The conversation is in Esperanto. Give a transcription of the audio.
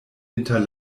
inter